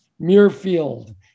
Muirfield